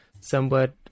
somewhat